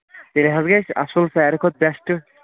تیٚلہِ حظ گژھِ اَصٕل سارِوِٕے کھۄتہٕ بیٚسٹہٕ